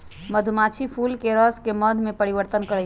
मधुमाछी फूलके रसके मध में परिवर्तन करछइ